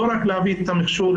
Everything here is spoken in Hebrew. לא רק להביא את המכשור,